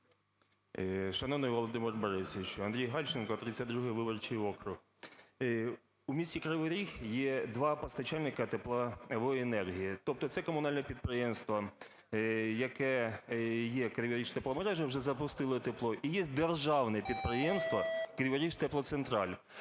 Шановний Володимире Борисовичу! АндрійГальченко, 32 виборчий округ. У місті Кривий Ріг є два постачальника теплової енергії, тобто це комунальне підприємство, яке є "Криворіжтепломережа", вже запустили тепло, і є державне підприємство "Криворіжтеплоцентраль".